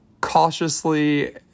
cautiously